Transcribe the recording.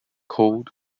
cold